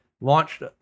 launched